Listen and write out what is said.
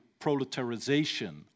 proletarization